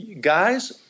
Guys –